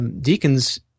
Deacons